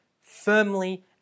firmly